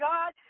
God